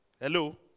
Hello